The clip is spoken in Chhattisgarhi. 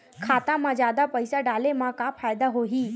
खाता मा जादा पईसा डाले मा का फ़ायदा होही?